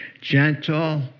gentle